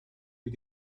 you